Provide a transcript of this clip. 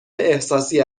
احساسی